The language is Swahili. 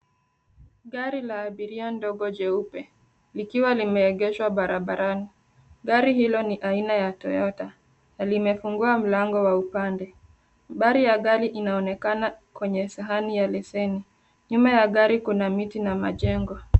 Gari la abiria ndogo jeupe likiwa limeegeshwa barabarani. Gari hilo ni aina ya Toyota na limefungua mlango wa upande. Nambari ya gari inaonekana kwenye sahani ya leseni. Nyuma ya gari kuna miti na majengo.